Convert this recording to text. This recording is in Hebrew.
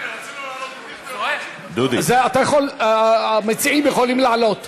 זה רק להעביר את